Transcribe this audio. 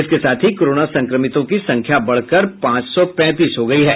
इसक साथ ही कोरोना संक्रमितों की संख्या बढ़कर पांच सौ पैंतीस हो गयी है